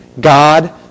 God